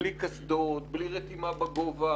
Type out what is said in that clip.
בלי קסדות, בלי רתימה בגובה.